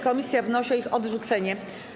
Komisja wnosi o ich odrzucenie.